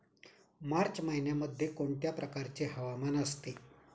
मार्च महिन्यामध्ये कोणत्या प्रकारचे हवामान असते?